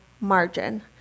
margin